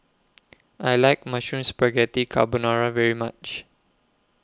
I like Mushroom Spaghetti Carbonara very much